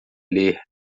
ler